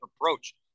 approach